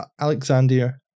Alexandria